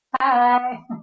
Hi